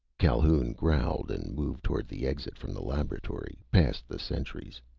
calhoun growled and moved toward the exit from the laboratory. past the sentries.